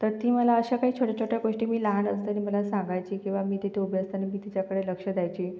तर ती मला अशा काही छोट्या छोट्या गोष्टी मी लहान असताना मला सांगायची किंवा मी तिथे उभी असताना मी तिच्याकडे लक्ष द्यायची